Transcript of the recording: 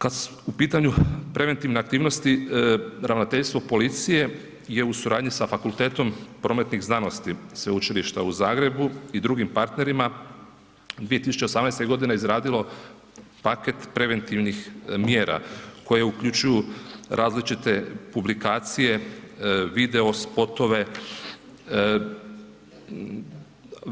Kad su u pitanju preventivne aktivnosti, Ravnateljstvo policije je u suradnji sa Fakultetom prometnih znanosti Sveučilišta u Zagrebu i drugim partnerima 2018. godine izradilo paket preventivnih mjera koje uključuju različite publikacije, video spotove,